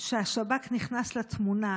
שהשב"כ נכנס לתמונה